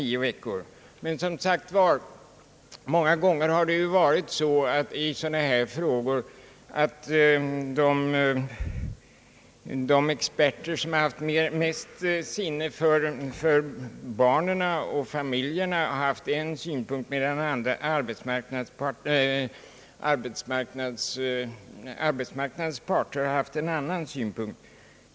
I sådana här frågor har det många gånger varit så att experterna har haft mest sinne för barnen och familjerna, medan arbetsmarknadens företrädare har haft en annan syn.